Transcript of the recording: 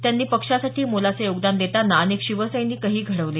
त्यांनी पक्षासाठी मोलाचे योगदान देताना अनेक शिवसैनिकही घडवले